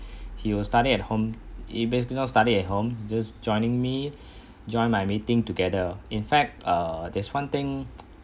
he was study at home he basically not study at home just joining me join my meeting together in fact err there's one thing